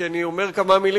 כי אני אומר כמה מלים